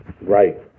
Right